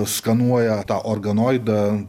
skanuoja tą organoidą